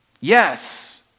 Yes